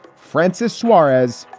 francis suarez.